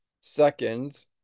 seconds